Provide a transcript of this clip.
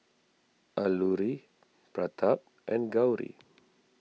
Alluri Pratap and Gauri